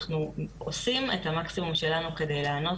אנחנו עושים את המקסימום שלנו כדי לענות-